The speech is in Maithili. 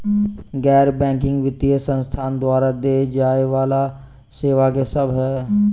गैर बैंकिंग वित्तीय संस्थान द्वारा देय जाए वला सेवा की सब है?